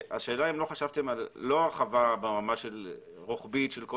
השאלה אם חשבתם לא על הרחבה רוחבית של כל